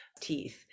teeth